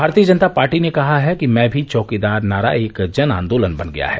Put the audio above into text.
भारतीय जनता पार्टी ने कहा है कि मैं भी चौकीदार नारा एक जन आंदोलन बन गया है